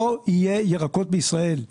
לא יהיו ירקות בישראל.